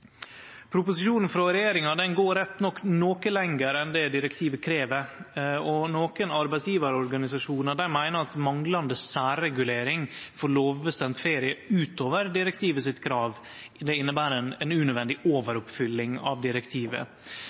Proposisjonen frå regjeringa går rett nok noko lenger enn det direktivet krev, og nokon arbeidsgjevarorganisasjonar meiner at manglande særregulering for lovbestemd ferie utover direktivets krav inneber ei unødvendig overoppfylling av direktivet.